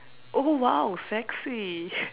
oh !wow! sexy